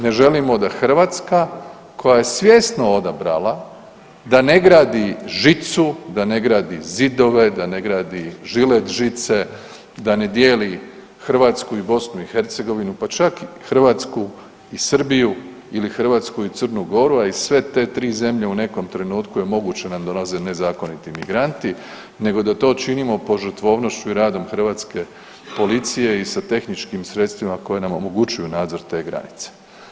Ne želimo da Hrvatska koja je svjesno odabrala da ne gradi žicu, da ne gradi zidove, da ne gradi žilet žice, da ne dijeli Hrvatsku i BiH, pa čak Hrvatsku i Srbiju ili Hrvatsku i Crnu Goru, a i sve te tri zemlje u nekom trenutku je moguće … nezakoniti migranti nego da to činimo požrtvovnošću i radom Hrvatske policije i sa tehničkim sredstvima koje nam omogućuju nadzor te granice.